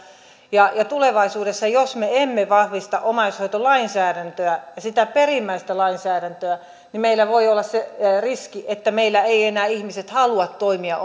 ja tulevaisuudessa jos me emme vahvista omaishoitolainsäädäntöä sitä perimmäistä lainsäädäntöä meillä voi olla se riski että meillä eivät enää ihmiset halua toimia